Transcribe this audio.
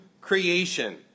creation